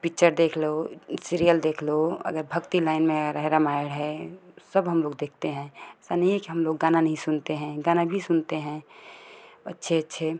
picture देख लो serial देख लो अगर भक्ति लाइन में आ रहा है रामायण है सब हम लोग देखते हैं ऐसा नहीं है कि हम लोग गाना नहीं सुनते हैं गाना भी सुनते हैं अच्छे अच्छे